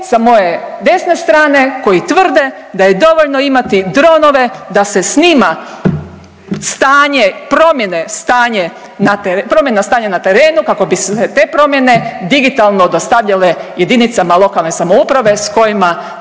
sa moje desne strane koji tvrde da je dovoljno imati dronove da se snima stanje, promjena stanja na terenu kako bi se te promjene digitalno dostavljale jedinicama lokalne samouprave sa kojima